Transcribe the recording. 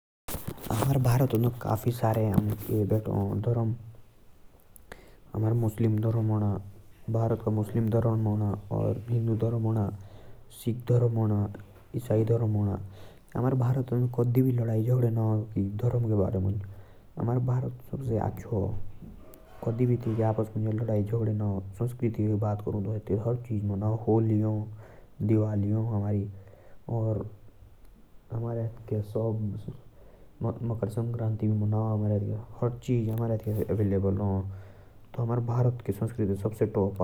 हमारे भरतांद काफी धरम भेटा। हमारे हिन्दू धरम हा। मुस्लिम धरम हा, सिख, इसाइ काफी धरम आ।